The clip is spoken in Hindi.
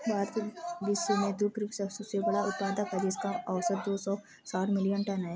भारत विश्व में दुग्ध का सबसे बड़ा उत्पादक है, जिसका औसत दो सौ साठ मिलियन टन है